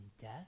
death